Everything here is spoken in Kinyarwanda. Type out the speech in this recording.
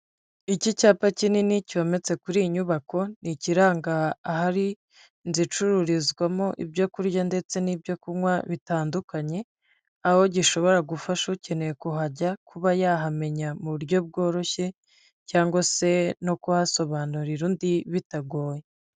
Iki cyapa kinini cyometse kuri iyi nyubako ni ikiranga ahari inzu icururizwamo ibyo kurya ndetse n'ibyo kunywa bitandukanye, aho gishobora gufasha ukeneye kuhajya kuba yahamenya mu buryo bworoshye cyangwa se no kuhasobanurira undi bitagoye.